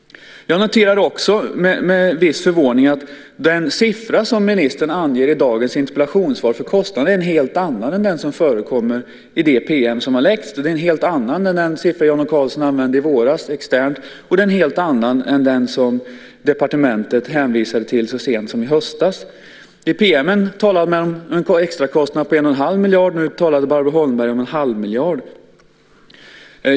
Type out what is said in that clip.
Jag noterar också med viss förvåning att den siffra som ministern anger i dagens interpellationssvar för kostnaden är en helt annan än den som förekommer i den PM som har läckts. Det är en helt annan än den siffra som Jan O Karlsson använde i våras externt, och det är en helt annan än den som departementet hänvisade till så sent som i höstas. I PM:en talade man om en extrakostnad på 1,5 miljarder, och nu talar Barbro Holmberg om en halv miljard.